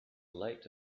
light